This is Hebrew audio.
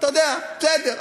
אתה יודע: בסדר,